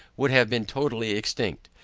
would have been totally extinct.